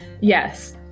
Yes